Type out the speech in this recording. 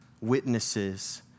witnesses